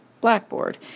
Blackboard